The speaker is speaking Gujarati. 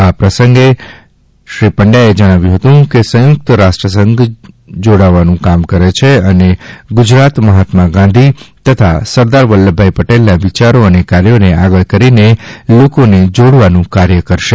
આ પ્રસંગે શ્રી ભરત પંડ્યાએ જણાવ્યું હતું કે સંયુક્ત રાષ્ટ્રસંઘ જોડવાનું કામ કરે છે અને ગુજરાત મહાત્મા ગાંધી તથા સરદાર વલ્લભભાઈ પટેલના વિચારો અને કાર્યોને આગળ કરીને લોકોને જોડવાનું કાર્ય કરશે